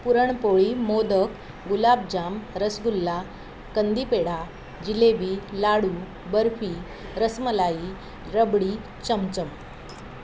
puran poli modak gulab jam rasgulla kandi pedha jalebi ladoo barfi rasmalai rabri chamcham